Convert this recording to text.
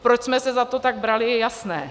Proč jsme se za to tak brali, je jasné.